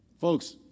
Folks